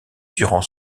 durant